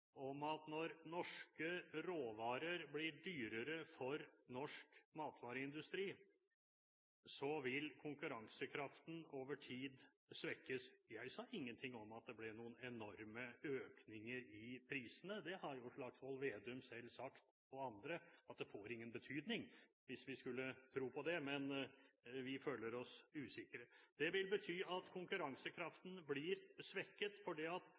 om at når norske råvarer blir dyrere for norsk matvareindustri, så vil konkurransekraften over tid svekkes. Jeg sa ingenting om at det ble noen enorme økninger i prisene, det har jo Slagsvold Vedum selv og andre sagt at får ingen betydning – hvis vi skulle tro på det. Men vi føler oss usikre. Det vil bety at konkurransekraften blir svekket